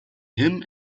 him